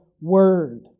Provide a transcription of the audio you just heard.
word